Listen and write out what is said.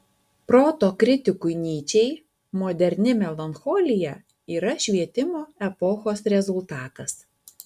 proto kritikui nyčei moderni melancholija yra švietimo epochos rezultatas